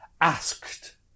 asked